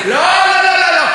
ואזכיר לאדוני שגם הבעל שלי שירת,